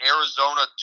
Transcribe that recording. Arizona